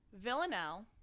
Villanelle